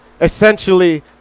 essentially